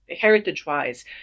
heritage-wise